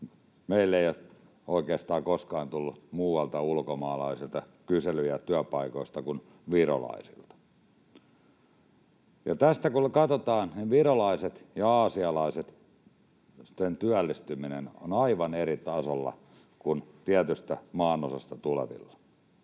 meille ei ole oikeastaan koskaan tullut muualta ulkomaalaisilta kyselyjä työpaikoista kuin virolaisilta. Tästä kun nyt katsotaan, virolaisten ja aasialaisten työllistyminen on aivan eri tasolla kuin tietystä maanosasta tulevilla.